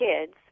kids